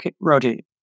rotate